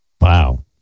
Wow